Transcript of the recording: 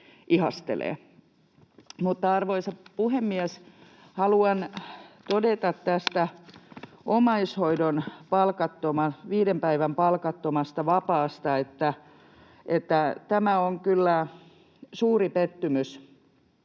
Arvoisa puhemies! Haluan todeta tästä omaishoidon viiden päivän palkattomasta vapaasta, että tämä on kyllä suuri pettymys